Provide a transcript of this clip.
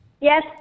Yes